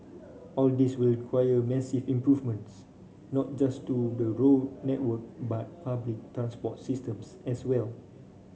all this will require massive improvements not just to the road network but public transport systems as well